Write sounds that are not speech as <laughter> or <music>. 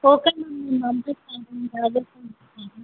okay ma'am నేను పంపిస్తాను <unintelligible>